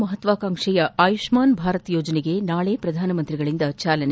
ಮಹತ್ವಾಕಾಂಕ್ಷಿಯ ಆಯುಷ್ವಾನ್ ಭಾರತ ಯೋಜನೆಗೆ ನಾಳೆ ಪ್ರಧಾನಮಂತ್ರಿಗಳಿಂದ ಚಾಲನೆ